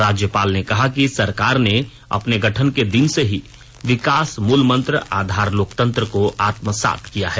राज्यपाल ने कहा कि सरकार ने अपने गठन के दिन से ही विकास मूल मंत्र आधार लोकतंत्र को आत्मसात किया है